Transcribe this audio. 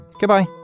Goodbye